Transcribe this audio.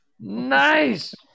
Nice